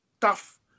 tough